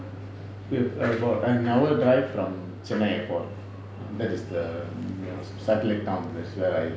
we are about an hour drive from chennai airport that is the satellite town that's where I